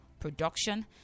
Production